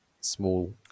small